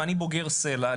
אני בוגר סלע,